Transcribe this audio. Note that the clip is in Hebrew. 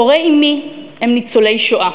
הורי אמי הם ניצולי שואה.